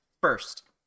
first